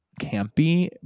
campy